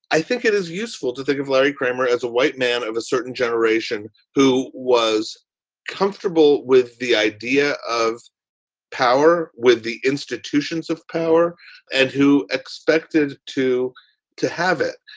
i think it is useful to think of larry kramer as a white man of a certain generation who was comfortable with the idea of power, with the institutions of power and who expected to to have it.